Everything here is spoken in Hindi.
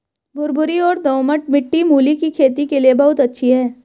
भुरभुरी और दोमट मिट्टी मूली की खेती के लिए बहुत अच्छी है